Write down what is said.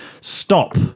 stop